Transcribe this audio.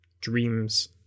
dreams